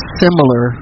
similar